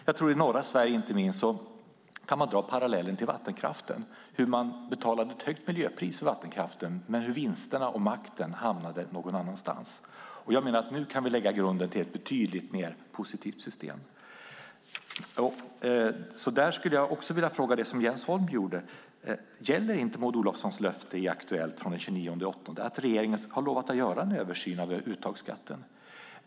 Jag tror att man inte minst i norra Sverige kan dra parallellen till vattenkraften - man betalar ett högt miljöpris för vattenkraften, men vinsterna och makten hamnade någon annanstans. Jag menar att vi nu kan lägga grunden till ett betydligt mer positivt system. Därför skulle jag också vilja fråga det Jens Holm frågade. Gäller inte Maud Olofssons löfte i Aktuellt den 29 augusti att regeringen ska göra en översyn av uttagsskatten?